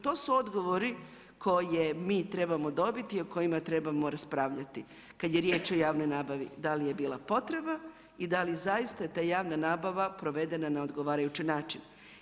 To su odgovori koje mi trebamo dobiti i o kojima trebamo raspravljati kada je riječ o javnoj nabavi, da li je bila potreba i da li je zaista ta javna nabava provedena na odgovarajući način.